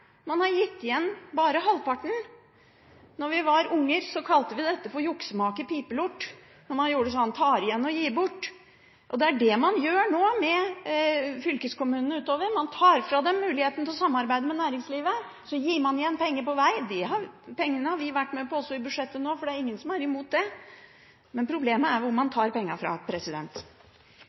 man har gitt igjen bare halvparten. Da vi var unger, sa vi: Juksemaker, pipelort, tar igjen og gir bort! Det er det man gjør nå med fylkeskommunene utover. Man tar fra dem muligheten til å samarbeide med næringslivet, og så gir man igjen penger på vei. De pengene har vi vært med på også i budsjettet nå, for det er ingen som er imot det, men problemet er hvor man tar pengene fra.